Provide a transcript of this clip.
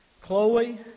Chloe